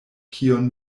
kion